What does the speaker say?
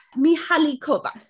Mihalikova